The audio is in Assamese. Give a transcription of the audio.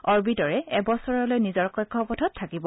অবিঁটৰে এবছৰলৈ নিজৰ কক্ষপথত থাকিব